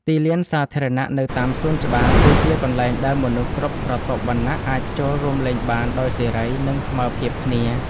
ទីលានសាធារណៈនៅតាមសួនច្បារ គឺជាកន្លែងដែលមនុស្សគ្រប់ស្រទាប់វណ្ណៈអាចចូលរួមលេងបានដោយសេរី និងស្មើភាពគ្នា។